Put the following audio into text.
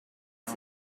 has